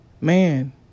man